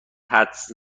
حدس